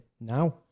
now